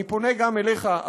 אני פונה גם אליך,